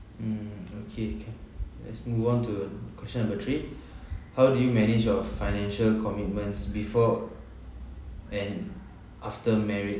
mm okay can let's move on to question number three how do you manage your financial commitments before and after marriage